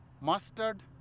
mustard